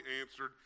answered